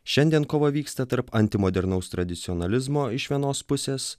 šiandien kova vyksta tarp antimodernaus tradicionalizmo iš vienos pusės